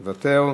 מוותר,